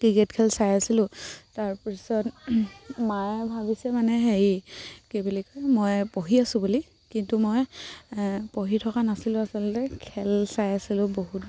cricket খেল চাই আছিলোঁ তাৰপিছত মায়ে ভাবিছে মানে হেৰি কি বুলি কয় মই পঢ়ি আছোঁ বুলি কিন্তু মই পঢ়ি থকা নাছিলোঁ আচলতে খেল চাই আছিলোঁ বহুত